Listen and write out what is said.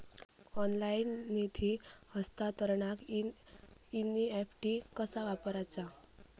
Online निधी हस्तांतरणाक NEFT कसा वापरायचा?